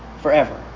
forever